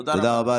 תודה רבה.